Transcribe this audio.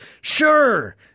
Sure